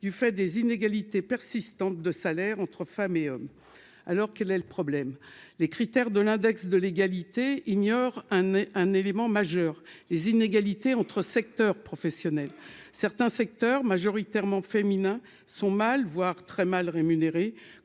du fait des inégalités persistantes de salaire entre femmes et hommes, alors quel est le problème, les critères de l'index de l'égalité ignorent un élément majeur, les inégalités entre secteurs professionnels, certains secteurs majoritairement féminin sont mal, voire très mal rémunérés